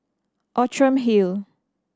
Outram Hill